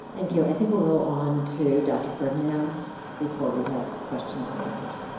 thank you. i think we'll go on to dr. ferdinands before we have questions and answers.